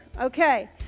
Okay